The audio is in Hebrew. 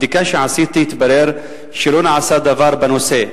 בבדיקה שעשיתי התברר שלא נעשה דבר בנושא.